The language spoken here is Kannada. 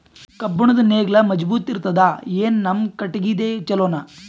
ಕಬ್ಬುಣದ್ ನೇಗಿಲ್ ಮಜಬೂತ ಇರತದಾ, ಏನ ನಮ್ಮ ಕಟಗಿದೇ ಚಲೋನಾ?